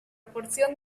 proporción